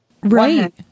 Right